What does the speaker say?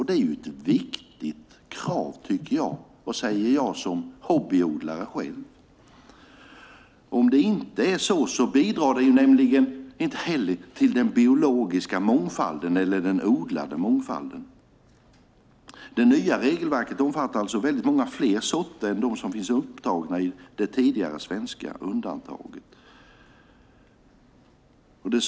Det är ett viktigt krav, säger jag som hobbyodlare. Om det inte är så bidrar det inte heller till den biologiska mångfalden eller den odlade mångfalden. Det nya regelverket omfattar väldigt många fler sorter än de som finns upptagna i det tidigare svenska undantaget.